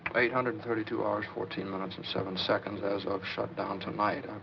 eight hundred and thirty two hours, fourteen minutes and seven seconds, as of shutdown tonight.